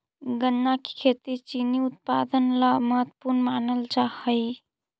गन्ना की खेती चीनी उत्पादन ला महत्वपूर्ण मानल जा हई